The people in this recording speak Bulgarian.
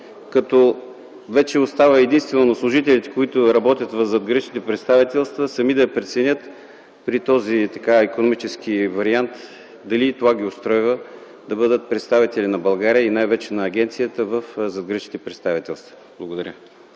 като вече остава единствено на служителите, които работят в задграничните представителства, сами да преценят при този икономически вариант дали това ги устройва да бъдат представители на България и най-вече на агенцията в задграничните представителства. Благодаря.